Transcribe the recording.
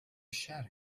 الشارع